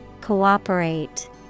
Cooperate